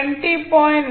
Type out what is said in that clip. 20